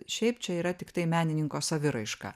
šiaip čia yra tiktai menininko saviraiška